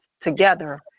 together